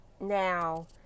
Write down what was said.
Now